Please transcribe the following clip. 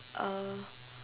uh